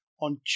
on